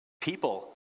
People